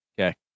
Okay